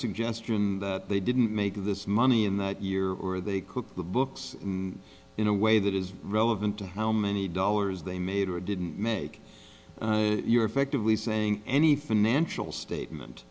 suggestion that they didn't make this money in that year or they cooked the books in a way that is relevant to how many dollars they made or didn't make your effectively saying any financial statement